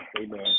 amen